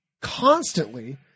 constantly